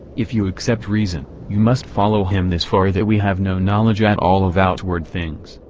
if you accept reason, you must follow him this far that we have no knowledge at all of outward things,